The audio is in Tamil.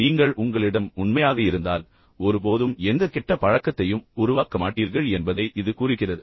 நீங்கள் உங்களிடம் உண்மையாக இருந்தால் நீங்கள் ஒருபோதும் எந்த கெட்ட பழக்கத்தையும் உருவாக்க மாட்டீர்கள் என்பதை இது குறிக்கிறது